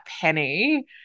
penny